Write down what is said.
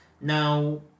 Now